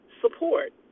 Support